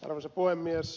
arvoisa puhemies